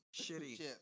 shitty